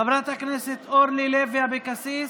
חברת הכנסת אורלי לוי אבקסיס,